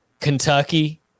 Kentucky